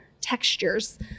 textures